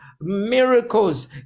Miracles